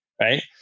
right